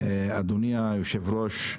אדוני היושב-ראש,